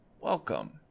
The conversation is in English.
Welcome